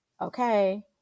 okay